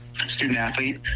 student-athlete